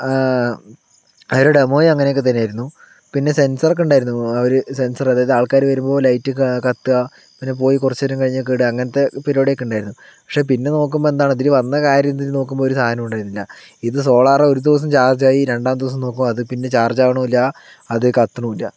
അതിൻ്റെ ഡെമോയും അങ്ങനെയൊക്കെ തന്നെയായിരുന്നു പിന്നെ സെൻസറൊക്കെ ഉണ്ടായിരുന്നു അവർ സെൻസർ അതായത് ആൾക്കാർ വരുമ്പോൾ ലൈറ്റ് കത്തുക പിന്നെ പോയി കുറച്ച് നേരം കഴിഞ്ഞാൽ കെടുക അങ്ങനത്തെ പരിപാടിയൊക്കെ ഉണ്ടായിരുന്നു പക്ഷെ പിന്നെ നോക്കുമ്പോൾ എന്താണ് ഇതിൽ വന്ന കാര്യമിതിൽ നോക്കുമ്പോൾ ഒരു സാധനം ഉണ്ടായിരുന്നില്ല ഇത് സോളാർ ഒരു ദിവസം ചാർജ് ആയി രണ്ടാമത്തെ ദിവസം നോക്കുമ്പോൾ അത് പിന്നെ ചാർജാവണില്ല അത് കത്തണില്ല